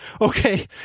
Okay